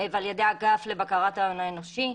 ועל ידי האגף לבקרת ההון האנושי,